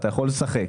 אתה יכול לשחק.